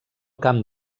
camp